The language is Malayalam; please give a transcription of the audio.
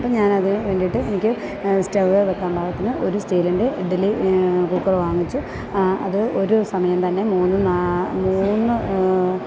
അപ്പോള് ഞാനതിനു വേണ്ടിയിട്ട് എനിക്ക് സ്റ്റൗവ്വില് വയ്ക്കാൻ പാകത്തന് ഒരു സ്റ്റീലിൻ്റെ ഇഡ്ഡലി ആ കുക്കര് വാങ്ങിച്ചു അത് ഒരു സമയം തന്നെ മൂന്ന് മൂന്ന്